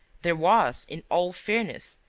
there was, in all fairness,